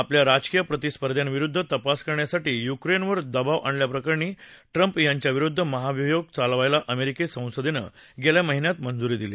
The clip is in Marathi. आपल्या राजकीय प्रतिस्पर्ध्याविरुद्ध तपास करण्यासाठी युक्रेनवर दबाव आणल्याप्रकरणी ट्रम्प यांच्याविरुद्ध महाभियोग चालवायला अमेरिकी संसदेनं गेल्या महिन्यात मंजुरी दिली